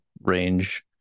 range